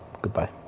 goodbye